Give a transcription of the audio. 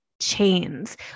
chains